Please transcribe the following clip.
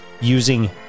using